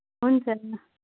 हुन्छ ल